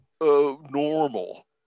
normal